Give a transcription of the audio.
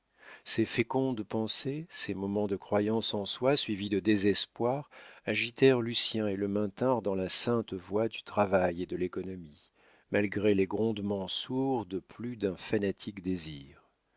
ces fécondes pensées ces moments de croyance en soi suivis de désespoir agitèrent lucien et le maintinrent dans la sainte voie du travail et de l'économie malgré les grondements sourds de plus d'un fanatique désir